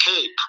cape